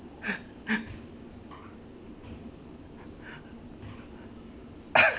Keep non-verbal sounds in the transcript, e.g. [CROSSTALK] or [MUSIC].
[LAUGHS] [BREATH] [NOISE]